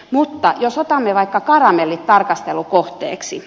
mutta jos otamme vaikka karamellit tarkastelun kohteeksi